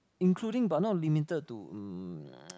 including but not limited to um